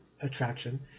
attraction